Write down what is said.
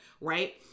Right